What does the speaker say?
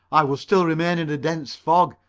i would still remain in a dense fog,